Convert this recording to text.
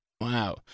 Wow